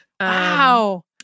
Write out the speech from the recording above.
Wow